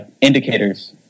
indicators